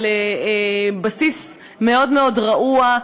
על בסיס מאוד רעוע,